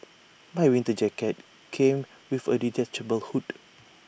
my winter jacket came with A detachable hood